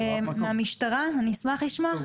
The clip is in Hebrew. מהמשטרה, אני אשמח לשמוע.